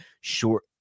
short –